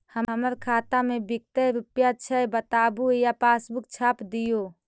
हमर खाता में विकतै रूपया छै बताबू या पासबुक छाप दियो?